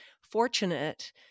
fortunate